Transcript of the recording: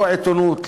לא העיתונות,